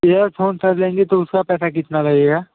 earphone sir लेंगे तो उसका पैसा कितना लगेगा